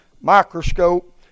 microscope